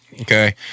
Okay